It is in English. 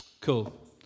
Cool